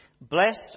blessed